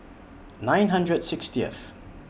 nine hundred sixtieth